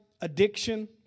addiction